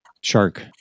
Shark